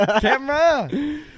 Camera